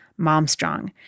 MomStrong